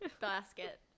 basket